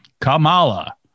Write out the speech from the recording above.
Kamala